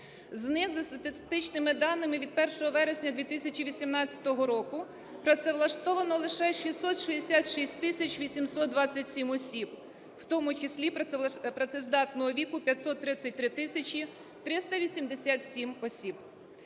З них за статистичними даними від 1 вересня 2018 року працевлаштовано лише 666 тисяч 827 осіб, у тому числі працездатного віку - 533 тисячі 387 осіб.